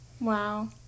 Wow